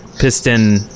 piston